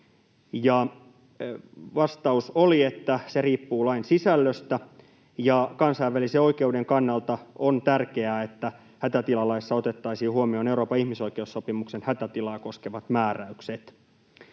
vastaus oli, että se riippuu lain sisällöstä ja että kansainvälisen oikeuden kannalta on tärkeää, että hätätilalaissa otettaisiin huomioon Euroopan ihmisoikeussopimuksen hätätilaa koskevat määräykset.